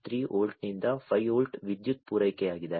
3 ವೋಲ್ಟ್ನಿಂದ 5 ವೋಲ್ಟ್ ವಿದ್ಯುತ್ ಪೂರೈಕೆಯಾಗಿದೆ